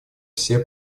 все